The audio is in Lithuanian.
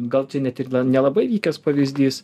gal čia net ir nelabai vykęs pavyzdys